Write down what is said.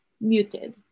muted